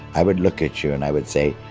i would look at you and i would say,